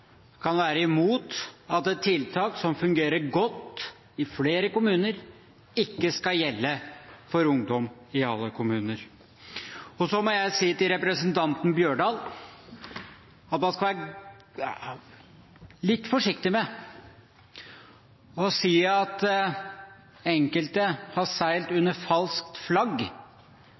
kan være imot at tiltak som fungerer godt i flere kommuner, ikke skal gjelde for ungdom i alle kommuner. Så må jeg si til representanten Holen Bjørdal at man skal være litt forsiktig med å si at enkelte har seilt under falskt flagg,